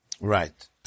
Right